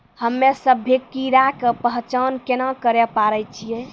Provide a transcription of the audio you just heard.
हम्मे सभ्भे कीड़ा के पहचान केना करे पाड़ै छियै?